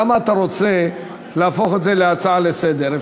למה אתה רוצה להפוך את זה להצעה לסדר-היום?